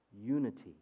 unity